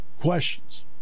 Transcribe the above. questions